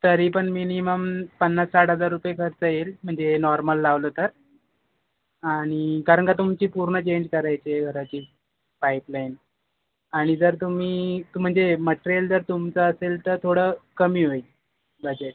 तरी पण मिनीमम पन्नास साठ हजार रुपये खर्च येईल म्हणजे नॉर्मल लावलं तर आणि कारण का तुमचे पूर्ण चेंज करायचे आहे घराची पाईप लाइन आणि जर तुम्ही तुम्ही जे मट्रेयल जर तुमचं असेल तर थोडं कमी होईल बजेट